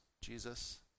Jesus